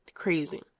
Crazy